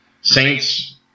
Saints